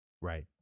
Right